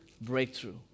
breakthrough